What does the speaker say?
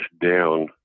down